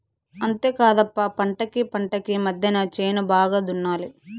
అంతేకాదప్ప పంటకీ పంటకీ మద్దెన చేను బాగా దున్నాలి